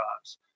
jobs